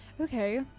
Okay